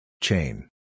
Chain